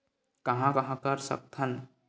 कहां कहां कर सकथन?